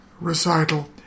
recital